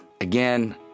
Again